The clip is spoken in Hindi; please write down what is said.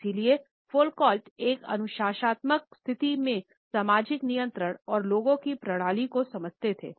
इसलिए फौकॉल्ट एक अनुशासनात्मक स्थिति में सामाजिक नियंत्रण और लोगों की प्रणालियों को समझते थे